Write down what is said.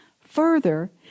Further